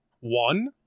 One